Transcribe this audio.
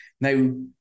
Now